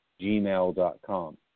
gmail.com